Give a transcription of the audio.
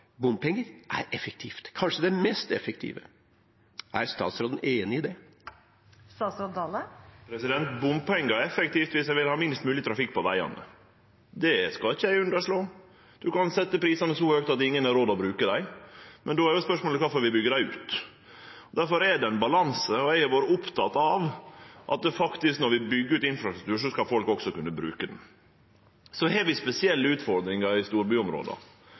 mest effektive. Er statsråden enig i det? Bompengar er effektivt dersom ein vil ha minst mogleg trafikk på vegane. Det skal eg ikkje underslå. Ein kan setje prisane så høgt at ingen har råd til å bruke vegane, men då er spørsmålet kvifor vi byggjer dei ut. Difor er det ein balanse her, og eg har vore oppteken av at når vi byggjer ut infrastruktur, skal folk også kunne bruke han. Så har vi spesielle utfordringar i storbyområda,